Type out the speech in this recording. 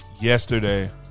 Yesterday